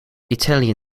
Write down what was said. italian